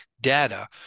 data